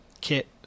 kit